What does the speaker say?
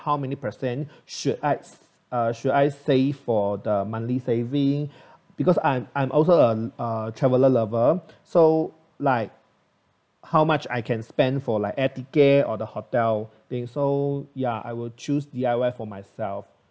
how many percent should I s~ should I save for the monthly saving because I'm I'm also uh a traveller lover so like how much I can spend for like air ticket or the hotel okay so ya I will choose D_I_Y for myself